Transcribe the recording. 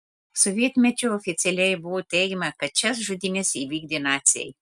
sovietmečiu oficialiai buvo teigiama kad šias žudynes įvykdė naciai